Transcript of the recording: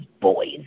boys